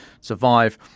survive